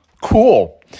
Cool